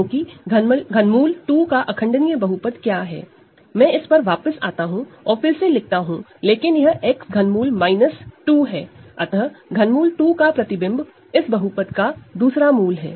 क्योंकि ∛ 2 का irreducible polynomial क्या है मैं इस पर वापस आता हूं और फिर से लिखता हूं लेकिन यह X3 2 है अतः ∛ 2 की इमेज इस पॉलिनॉमियल का दूसरा रूट है